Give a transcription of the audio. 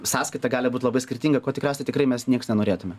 sąskaita gali būt labai skirtinga ko tikriausiai tikrai mes nieks nenorėtumėm